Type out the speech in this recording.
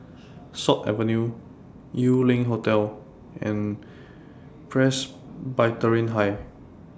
Sut Avenue Yew Lian Hotel and Presbyterian High